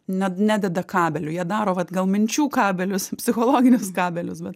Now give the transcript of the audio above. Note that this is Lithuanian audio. net nededa kabelių jie daro vat gal minčių kabelius psichologinius kabelius bet